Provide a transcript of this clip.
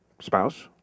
spouse